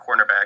cornerback